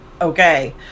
okay